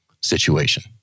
situation